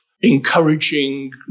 encouraging